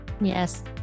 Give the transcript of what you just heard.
Yes